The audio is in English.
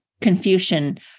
Confucian